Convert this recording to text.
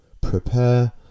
prepare